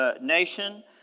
nation